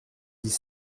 dix